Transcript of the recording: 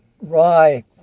rye